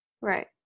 right